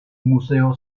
museo